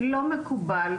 לא מקובל,